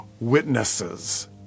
witnesses